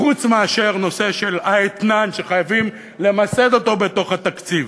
חוץ מנושא האתנן, שחייבים למסד אותו בתוך התקציב,